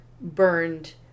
burned